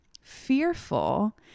fearful